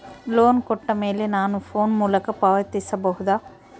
Loan ಕೊಟ್ಟ ಮೇಲೆ ನಾನು ಫೋನ್ ಮೂಲಕ ಪಾವತಿಸಬಹುದಾ?